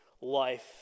life